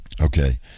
okay